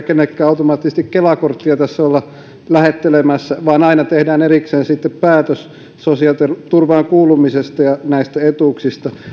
kenellekään automaattisesti kela korttia tässä olla lähettelemässä vaan aina tehdään erikseen päätös sosiaaliturvaan kuulumisesta ja näistä etuuksista